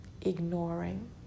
ignoring